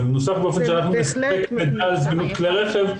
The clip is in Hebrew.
זה מנוסח באופן שאנחנו נספק מידע על זמינות כלי רכב,